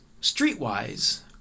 street-wise